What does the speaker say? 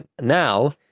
now